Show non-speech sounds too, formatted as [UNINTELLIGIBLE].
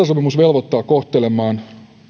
[UNINTELLIGIBLE] sopimus velvoittaa kohtelemaan